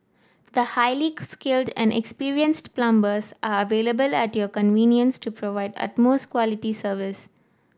the highly skilled and experienced plumbers are available at your convenience to provide utmost quality service